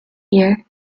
year